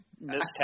missed